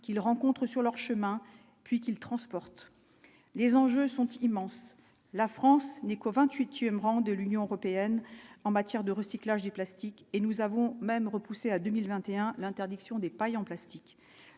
qu'ils rencontrent sur leur chemin, puis qu'il transporte les enjeux sont immenses, la France n'est qu'au 28ème rang de l'Union européenne en matière de recyclage du plastique, et nous avons même repoussé à 2021, l'interdiction des pailles en plastique,